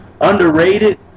Underrated